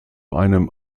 einem